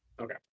Okay